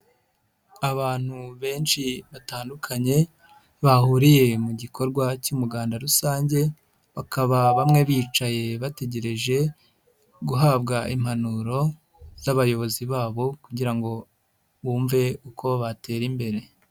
Abantu benshi batandukanye, bahuriye mu gikorwa cy'umuganda rusange, bakaba bamwe bicaye bategereje guhabwa impanuro z'abayobozi babo kugira ngo bumve uko batera imbere.